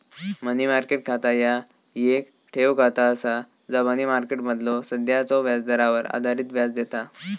मनी market खाता ह्या येक ठेव खाता असा जा मनी मार्केटमधलो सध्याच्यो व्याजदरावर आधारित व्याज देता